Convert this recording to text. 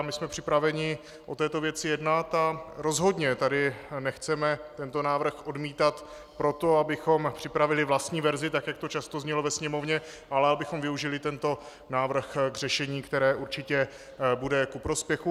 My jsme připraveni o této věci jednat a rozhodně tady nechceme tento návrh odmítat proto, abychom připravili vlastní verzi, tak jak to často znělo ve Sněmovně, ale abychom využili tento návrh k řešení, které určitě bude ku prospěchu.